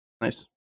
Nice